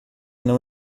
não